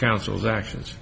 council's actions